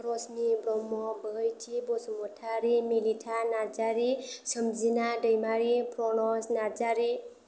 Rasmi Brahma Bohaithi Basumatary Milita Narzary Somjina Daimary Pranos Narzary